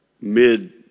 mid